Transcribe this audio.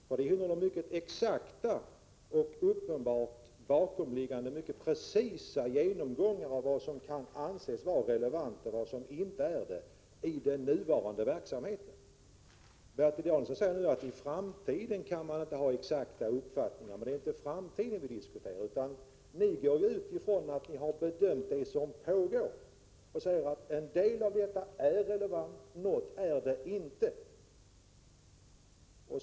Stycket innehåller nämligen en mycket exakt och precis genomgång av vad som är relevant och vad som inte är det i den nuvarande verksamheten. Bertil Danielsson sade att man inte kan ha exakta uppfattningar beträffande framtiden, men vi diskuterar inte framtiden. Ni utgår ifrån en bedömning av det som pågår. Sedan säger ni att en del är relevant, medan en del inte är det.